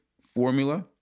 formula